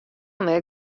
net